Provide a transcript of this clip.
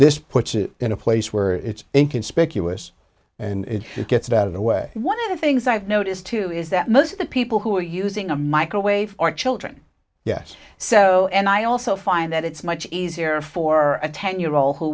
this puts it in a place where it's in conspicuous and it gets it out of the way one of the things i've noticed too is that most of the people who are using a microwave are children yes so and i also find that it's much easier for a ten year old who